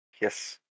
Yes